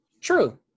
True